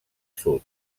sud